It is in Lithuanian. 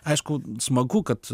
aišku smagu kad